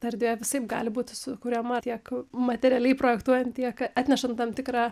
erdvė visaip gali būti sukuriama tiek materialiai projektuojant tiek atnešant tam tikrą